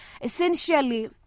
Essentially